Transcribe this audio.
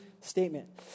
statement